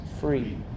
free